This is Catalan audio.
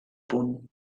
punt